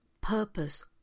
purpose